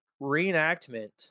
reenactment